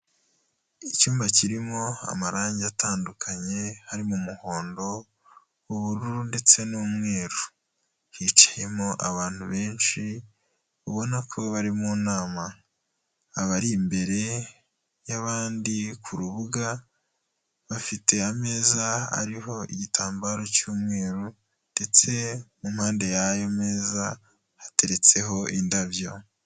Icyumba kirimo amarangi atandukanye, harimo umuhondo, ubururu ndetse n'umweru, hicayemo abantu benshi ubona ko bari mu nama, abari imbere y'abandi ku rubuga bafite ameza ariho igitambaro cy'umweru ndetse mu mpande y'ayo meza hateretseho indabyo.